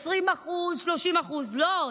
20%, 30% לא.